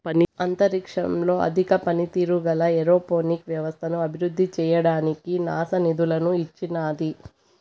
అంతరిక్షంలో అధిక పనితీరు గల ఏరోపోనిక్ వ్యవస్థను అభివృద్ధి చేయడానికి నాసా నిధులను ఇచ్చినాది